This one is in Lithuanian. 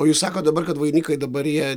o jūs sakot dabar kad vainikai dabar jie